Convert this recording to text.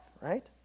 right